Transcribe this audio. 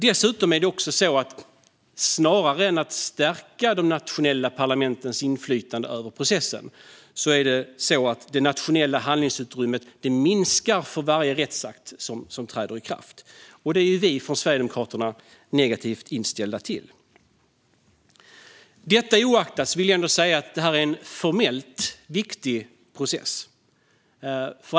Dessutom är det så att det nationella handlingsutrymmet minskar för varje rättsakt som träder i kraft, snarare än att de nationella parlamentens inflytande över processen stärks. Detta är vi från Sverigedemokraterna negativt inställda till. Oaktat det vill jag säga att detta är en formellt viktig process.